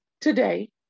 Today